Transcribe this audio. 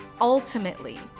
Ultimately